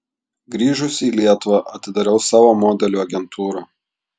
grįžusi į lietuvą atidariau savo modelių agentūrą